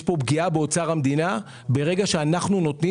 יש פה פגיעה באוצר המדינה ברגע שאנחנו נותנים